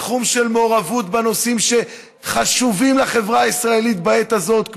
בתחום של מעורבות בנושאים שחשובים לחברה הישראלית בעת הזאת,